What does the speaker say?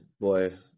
boy